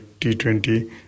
T20